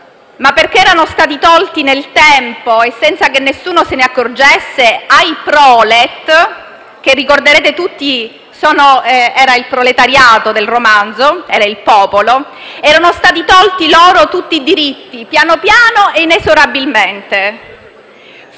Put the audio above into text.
ma perché erano stati tolti nel tempo e senza che nessuno se ne accorgesse ai prolet - ricorderete tutti era il proletariato del romanzo, il popolo - tutti i diritti, piano piano e inesorabilmente.